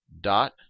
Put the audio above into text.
dot